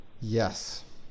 Yes